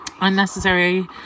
unnecessary